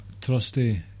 trusty